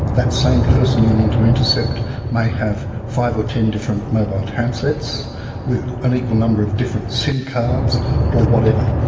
that same person you want to intercept may have five or ten different mobile handsets with an equal number of different sim cards or whatever.